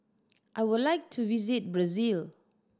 I would like to visit Brazil